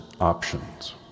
options